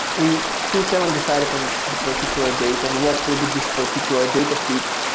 we still haven't decided on the particular date and we'll through be this particular data feed.